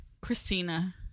christina